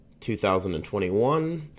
2021